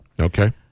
Okay